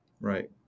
Right